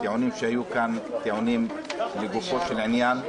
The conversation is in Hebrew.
הטיעונים שהיו כאן היו טיעונים לגופו של עניין.